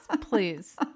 Please